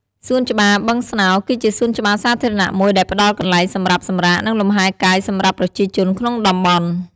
សួនច្បារបឹងស្នោគឺជាសួនច្បារសាធារណៈមួយដែលផ្តល់កន្លែងសម្រាប់សម្រាក និងលំហែកាយសម្រាប់ប្រជាជនក្នុងតំបន់។